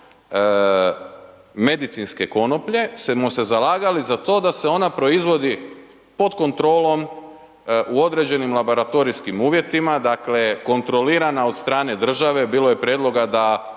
medicinske konoplje, smo se zalagali za to da se ona proizvodi pod kontrolom u određenim laboratorijskim uvjetima, dakle, kontrolirana od strane države, bilo je prijedloga da